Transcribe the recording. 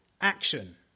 action